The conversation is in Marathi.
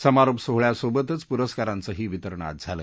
समारोप सोहळ्यासोबतच पुरस्कारांचंही वितरण आज झालं